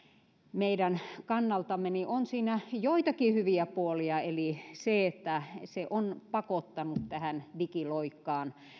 meidän kannaltamme niin on siinä joitakin hyviä puolia eli se että se on pakottanut tähän digiloikkaan